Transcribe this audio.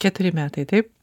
keturi metai taip